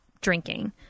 drinking